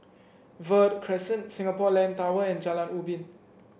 Verde Crescent Singapore Land Tower and Jalan Ubin